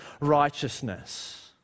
righteousness